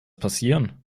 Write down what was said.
passieren